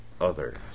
others